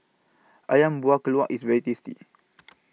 Ayam Buah Keluak IS very tasty